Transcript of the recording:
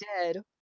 dead